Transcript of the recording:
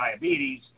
diabetes